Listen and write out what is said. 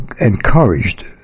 encouraged